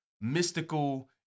mystical